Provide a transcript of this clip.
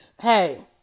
hey